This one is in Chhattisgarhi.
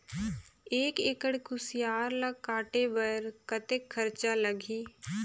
एक एकड़ कुसियार ल काटे बर कतेक खरचा लगही?